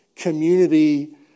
community